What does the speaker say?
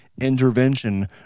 intervention